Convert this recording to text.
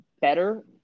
better